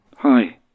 Hi